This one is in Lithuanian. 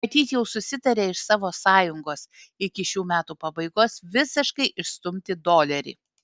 matyt jau susitarė iš savo sąjungos iki šių metų pabaigos visiškai išstumti dolerį